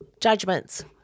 judgments